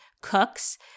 cooks